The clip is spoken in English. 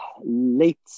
Late